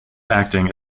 acting